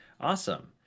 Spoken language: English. awesome